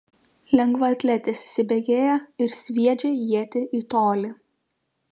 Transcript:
lengvaatletis įsibėgėja ir sviedžia ietį į tolį